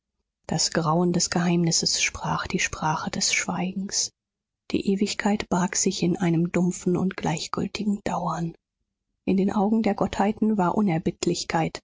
das grauen des geheimnisses sprach die sprache des schweigens die ewigkeit barg sich in einem dumpfen und gleichgültigen dauern in den augen der gottheiten war unerbittlichkeit